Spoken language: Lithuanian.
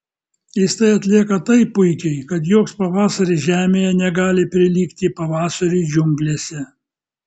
jis tai atlieka taip puikiai kad joks pavasaris žemėje negali prilygti pavasariui džiunglėse